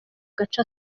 gace